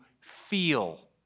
feel